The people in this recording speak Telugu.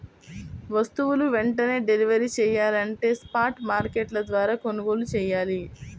వస్తువులు వెంటనే డెలివరీ చెయ్యాలంటే స్పాట్ మార్కెట్ల ద్వారా కొనుగోలు చెయ్యాలి